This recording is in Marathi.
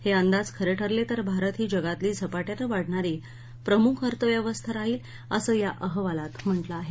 हे अंदाज खरे ठरले तर भारत ही जगातली झपाटयानं वाढणारी प्रमुख अर्थव्यस्था राहील असं या अहवालात म्हटलं आहे